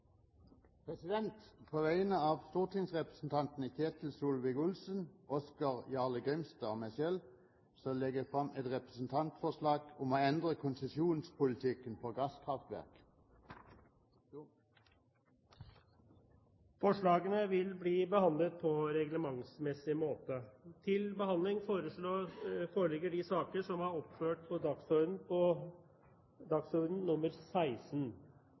På vegne av stortingsrepresentantene Ketil Solvik-Olsen, Oskar J. Grimstad og meg selv legger jeg fram et representantforslag om å endre konsesjonspolitikken for gasskraftverk. Forslagene vil bli behandlet på reglementsmessig måte.